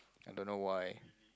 I don't know why